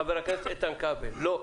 חבר הכנסת איתן כבל לא.